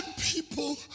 People